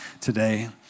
today